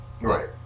Right